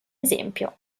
esempio